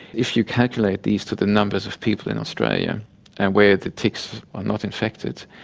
if you calculate these to the numbers of people in australia and where the ticks are not infected,